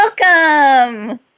Welcome